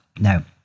Now